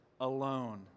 alone